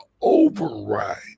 override